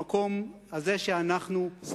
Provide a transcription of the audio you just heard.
במקום שבו אנו נמצאים.